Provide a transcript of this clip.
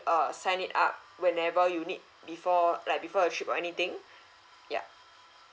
err sign it up whenever you need before like before your trip or anything yup